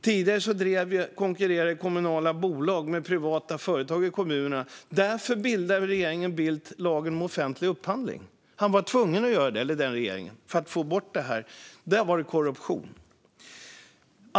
Tidigare konkurrerade kommunala bolag med privata företag i kommunerna, och därför bildade regeringen Bildt lagen om offentlig upphandling. Regeringen var tvungen att göra det för att få bort det här. Där var det korruption!